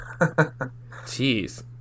Jeez